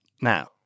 now